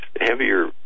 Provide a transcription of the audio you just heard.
heavier